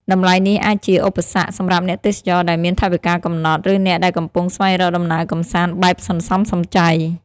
តម្លៃនេះអាចជាឧបសគ្គសម្រាប់អ្នកទេសចរដែលមានថវិកាកំណត់ ឬអ្នកដែលកំពុងស្វែងរកដំណើរកម្សាន្តបែបសន្សំសំចៃ។